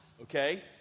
Okay